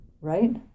right